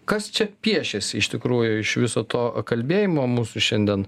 kas čia piešiasi iš tikrųjų iš viso to kalbėjimo mūsų šiandien